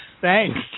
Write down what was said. Thanks